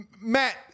Matt